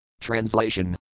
Translation